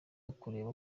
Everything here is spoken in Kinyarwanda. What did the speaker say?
ukureba